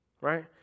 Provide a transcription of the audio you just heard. right